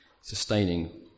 sustaining